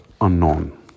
unknown